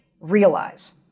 realize